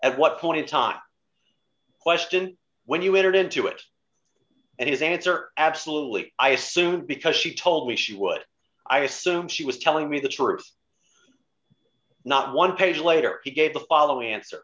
at what point in time question when you entered into it and his answer absolutely i assume because she told me she would i assume she was telling me the truth not one page later he gave the following answer